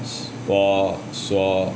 所所